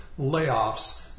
layoffs